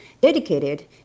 dedicated